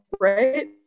right